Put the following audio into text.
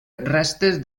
restes